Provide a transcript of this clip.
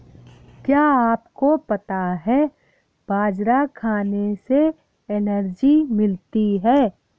क्या आपको पता है बाजरा खाने से एनर्जी मिलती है?